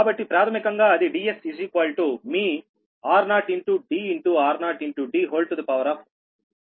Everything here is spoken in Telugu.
కాబట్టి ప్రాథమికంగా అది Dsr0d r0 d14 సరేనా 1బై 4